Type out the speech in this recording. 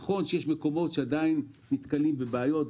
נכון שיש מקומות שעדיין נתקלים בבעיות,